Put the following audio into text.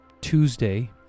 Tuesday